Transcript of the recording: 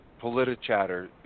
Politichatter